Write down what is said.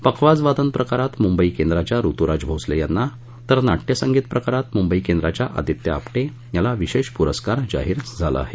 पखवाज वादन प्रकारात मुंबई केंद्राच्या ऋतुराज भोसले यांना तर नाटयसंगीत प्रकारात मुंबई केंद्राच्या आदित्य आपटे याला विशेष पुरस्कार जाहीर झाला आहे